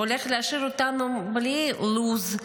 והולך להשאיר אותנו בלי לו"ז,